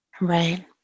Right